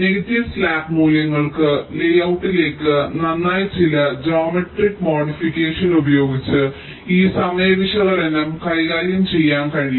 negative slack മൂല്യങ്ങൾക്ക് ലേയൌട്ടിലേക്ക് നന്നായി ചില ജോമെട്രിക് മോഡിഫിക്കേഷൻ ഉപയോഗിച്ച് ഈ സമയ വിശകലനം കൈകാര്യം ചെയ്യാൻ കഴിയും